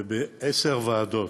ובעשר ועדות,